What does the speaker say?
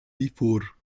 before